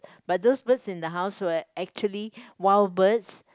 but those birds in the house were actually wild birds